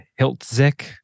Hiltzik